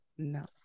No